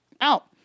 out